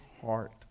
heart